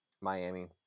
Miami